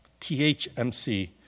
THMC